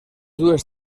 dues